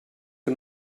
que